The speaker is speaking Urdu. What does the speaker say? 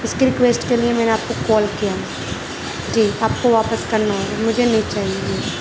اس کی ریکویسٹ کے لیے میں نے آپ کو کال کیا جی آپ کو واپس کرنا ہوگا مجھے نہیں چاہیے